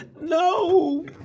No